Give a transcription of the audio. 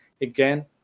again